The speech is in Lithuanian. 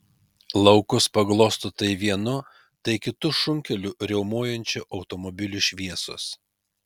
laukus paglosto tai vienu tai kitu šunkeliu riaumojančių automobilių šviesos